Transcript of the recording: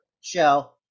show